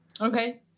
Okay